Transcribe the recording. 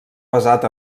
basat